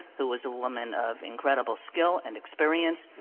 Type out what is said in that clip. who was a woman of incredible skill and experience,